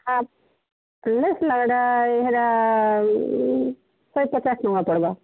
half ଲେସ୍ ଲଗେଇଦେବା ହେଲେ ଶହେ ପଚାଶ ଟଙ୍କା ପଡ଼୍ବା